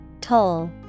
Toll